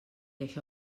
això